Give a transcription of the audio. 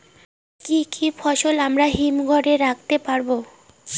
কি কি ফসল আমরা হিমঘর এ রাখতে পারব?